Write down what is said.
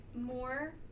more